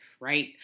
right